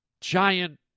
giant